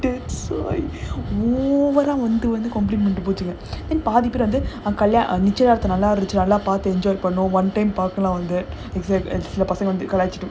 that's why over வந்து வந்து:vandhu vandhu complaint பண்ணிட்ருக்கான்:pannitrukaan all that வந்து:vandhu